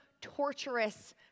torturous